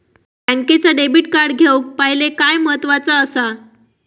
बँकेचा debit card घेउक पाहिले काय महत्वाचा असा?